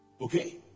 Okay